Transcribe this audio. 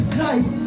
Christ